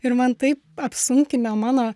ir man taip apsunkina mano